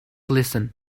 listen